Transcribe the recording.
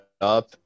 up